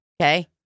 Okay